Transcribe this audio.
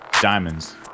Diamonds